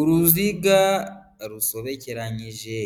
Uruziga rusobekeranyije,